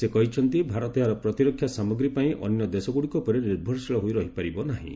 ସେ କହିଛନ୍ତି ଭାରତ ଏହାର ପ୍ରତିରକ୍ଷା ସାମଗ୍ରୀ ପାଇଁ ଅନ୍ୟ ଦେଶଗୁଡ଼ିକ ଉପରେ ନିର୍ଭରଶୀଳ ହୋଇ ରହିପାରିବ ନାହିଁ